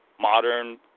modern